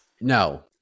No